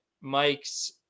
Mike's